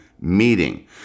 meeting